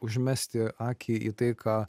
užmesti akį į tai ką